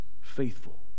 faithful